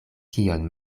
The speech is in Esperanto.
kion